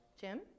Jim